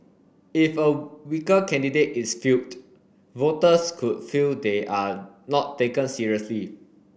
if a weaker candidate is fielded voters could feel they are not taken seriously